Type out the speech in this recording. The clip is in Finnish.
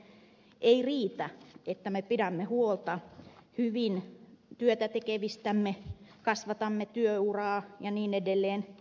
ei riitä että me pidämme huolta hyvin työtä tekevistämme kasvatamme työuraa ja niin edelleen